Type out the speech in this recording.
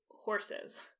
horses